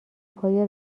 پای